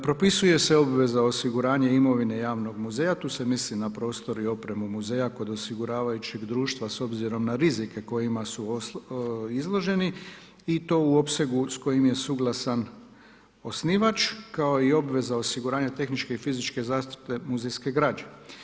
Propisuje se obveza osiguranja imovine javnog muzeja, tu se misli na prostor i opremu muzeja kod osiguravajućeg društva, s obzirom na rizike kojima su izloženi i to u opsegu s kojim je suglasan osnivač, kao i obveza osiguranja tehničke i fizičke zaštite muzejske građe.